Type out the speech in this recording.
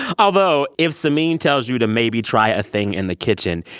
although, if samin tells you to maybe try a thing in the kitchen,